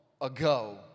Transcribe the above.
ago